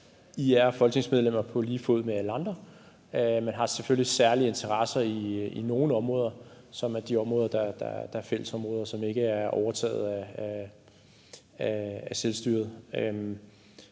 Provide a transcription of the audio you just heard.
I er folketingsmedlemmer på lige fod med alle andre, men har selvfølgelig særlige interesser i nogle områder, som er de områder, der er fællesområder, som ikke er overtaget af selvstyret.